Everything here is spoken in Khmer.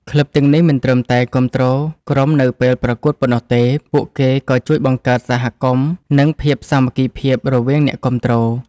ក្លឹបទាំងនេះមិនត្រឹមតែគាំទ្រក្រុមនៅពេលប្រកួតប៉ុណ្ណោះទេ ពួកគេក៏ជួយបង្កើតសហគមន៍ និងភាពសាមគ្គីភាពរវាងអ្នកគាំទ្រ។